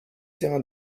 terrain